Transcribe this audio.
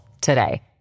today